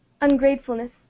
ungratefulness